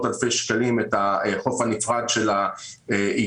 אלפי שקלים את החוף הנפרד של האיגוד,